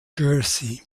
jersey